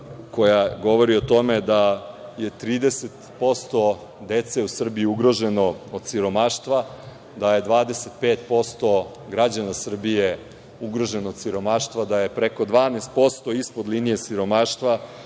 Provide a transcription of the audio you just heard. koja govori o tome da je 30% dece u Srbiji ugroženo od siromaštva, da je 25% građana Srbije ugroženo od siromaštva, da je 12% ispod linije siromaštva,